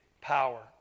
power